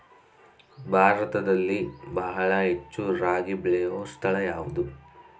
ಭಾರತದಲ್ಲಿ ಬಹಳ ಹೆಚ್ಚು ರಾಗಿ ಬೆಳೆಯೋ ಸ್ಥಳ ಯಾವುದು?